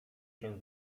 się